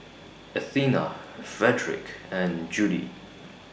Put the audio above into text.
Athena Fredric and Judie